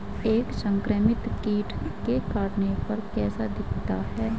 एक संक्रमित कीट के काटने पर कैसा दिखता है?